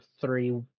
three